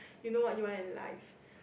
you know what you want in life